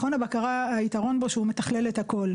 מכון הבקרה, הייתרון בו הוא שהוא מתכלל את הכל.